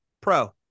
pro